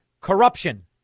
Corruption